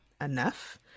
enough